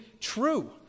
true